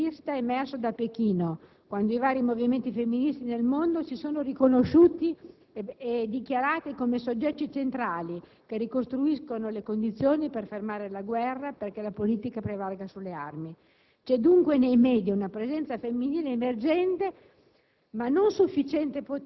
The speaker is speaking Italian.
hanno avuto come tema il punto di vista emerso da Pechino, quando i vari movimenti femministi nel mondo si sono riconosciuti e dichiarati come soggetti centrali che ricostruiscono le condizioni per fermare la guerra, perché la politica prevalga sulle armi. C'è dunque nei *media* una presenza femminile emergente,